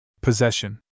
Possession